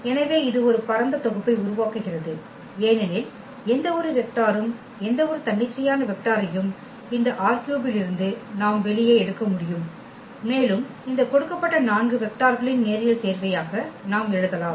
எனவே இது ஒரு பரந்த தொகுப்பை உருவாக்குகிறது ஏனெனில் எந்த ஒரு வெக்டாரும் எந்தவொரு தன்னிச்சையான வெக்டாரையும் இந்த ℝ3 வெளியிலிருந்து நாம் எடுக்க முடியும் மேலும் இந்த கொடுக்கப்பட்ட 4 வெக்டார்களின் நேரியல் சேர்வையாக நாம் எழுதலாம்